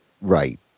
Right